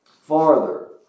farther